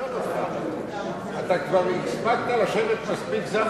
מוכרח לשאול אותך :אתה כבר הספקת מספיק זמן